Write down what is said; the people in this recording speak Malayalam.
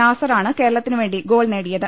നാസർ ആണ് കേരളത്തിനുവേണ്ടി ഗോൾ നേടിയത്